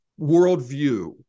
worldview